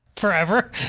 forever